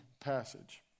passage